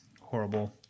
Horrible